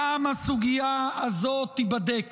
גם הסוגיה הזו, תיבדק.